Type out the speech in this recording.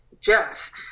Jeff